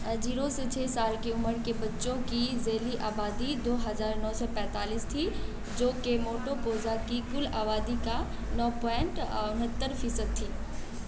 zero سے چھ سال کی عمر کے بچوں کی ذیلی آبادی دوہزار نو سو پینتالیس تھی جو کہ موٹوپوزا کی کل آبادی کا نو پوائنٹ انہتر فیصد تھی